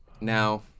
Now